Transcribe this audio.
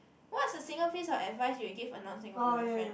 what is a single piece of advice you will give a non Singaporean friend